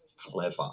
clever